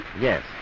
Yes